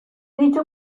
dicho